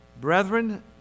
Brethren